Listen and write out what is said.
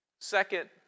Second